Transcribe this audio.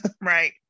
right